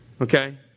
okay